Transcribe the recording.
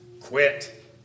Quit